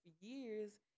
years